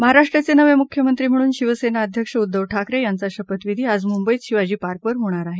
महाराष्ट्राचे नवे मुख्यमंत्री म्हणून शिवसेना अध्यक्ष उद्धव ठाकरे यांचा शपथविधी आज मुंबईत शिवाजी पार्कवर होणार आहे